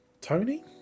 Tony